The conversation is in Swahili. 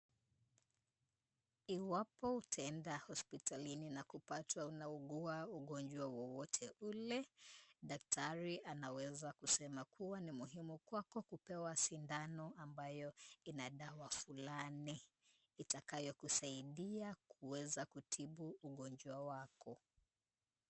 Iwapo utaenda hospitalini na kupatwa unaugua ugonjwa wowote ule, daktari anaweza kusema ni muhimu kwako kupewa sindano ambayo ina dawa fulani, itakayo kusaidia kutibu ugonjwa wako.